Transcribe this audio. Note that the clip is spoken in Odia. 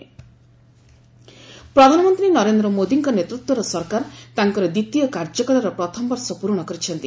ଗଭ୍ ୱାନ୍ ଇୟର୍ ପ୍ରଧାନମନ୍ତ୍ରୀ ନରେନ୍ଦ୍ର ମୋଦୀଙ୍କ ନେତୃତ୍ୱର ସରକାର ତାଙ୍କର ଦ୍ୱିତୀୟ କାର୍ଯ୍ୟକାଳର ପ୍ରଥମ ବର୍ଷ ପୂରଣ କରିଛନ୍ତି